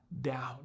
down